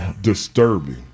disturbing